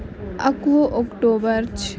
اَکوُہ اَکتوٗبر